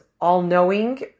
all-knowing